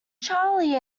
charley